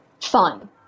fun